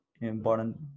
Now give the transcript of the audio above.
important